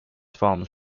forms